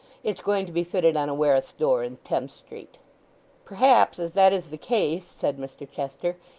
it's going to be fitted on a ware'us-door in thames street perhaps, as that is the case said mr chester,